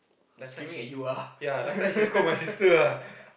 last night she ya last night she scold my sister ah